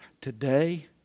today